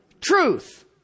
truth